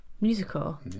musical